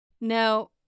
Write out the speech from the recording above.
Now